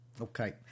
Okay